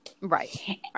Right